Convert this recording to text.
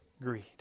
greed